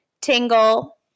tingle